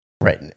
Right